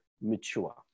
mature